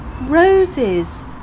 Roses